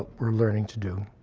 were learning to do.